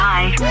Bye